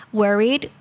worried